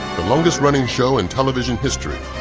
the longest-running show in television history,